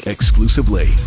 Exclusively